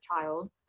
child